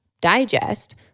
digest